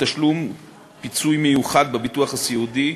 תשלום פיצוי מיוחד בביטוח סיעודי),